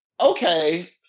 okay